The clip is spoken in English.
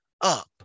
up